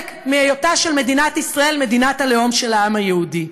מהיותה של מדינת ישראל מדינת הלאום של העם היהודי.